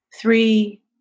three